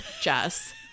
Jess